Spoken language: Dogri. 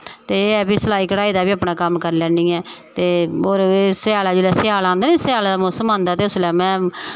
ते एह् ऐ कि भई सिलाई कढ़ाई दा बी अपना कम्म करी लैन्नी आं ते होर फिर सैआला सैआला आंदा ना सैआले दा मौसम आंदी निं जिसलै ते उसलै में